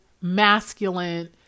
masculine